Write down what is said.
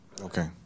Okay